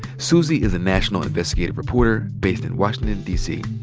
suzy is a national investigative reporter, based in washington, d. c.